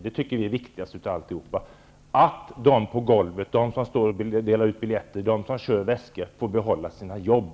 Det viktigaste av alltihop är att de på golvet, de som står och delar ut biljetter och de som kör väskor, får behålla sina jobb.